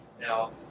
Now